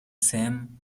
same